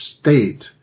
state